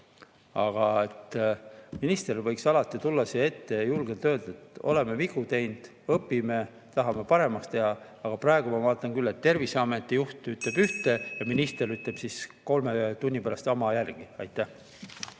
siis minister võiks alati tulla siia ette ja julgelt öelda, et oleme vigu teinud, õpime, tahame paremaks teha. Aga praegu ma vaatan küll, et Terviseameti juht ütleb ühte ja minister ütleb kolme tunni pärast sama järgi. Aitäh!